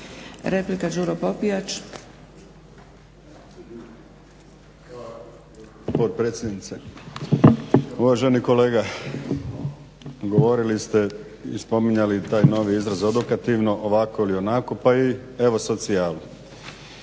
Hvala gospođo potpredsjednice. Uvaženi kolega govorili ste i spominjali taj novi izraz odokativno ovako ili onako, pa evo … Na